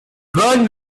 bird